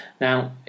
Now